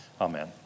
amen